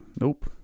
nope